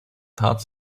tat